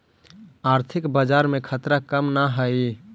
आर्थिक बाजार में खतरा कम न हाई